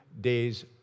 days